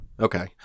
Okay